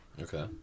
okay